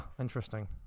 interesting